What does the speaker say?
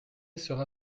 sera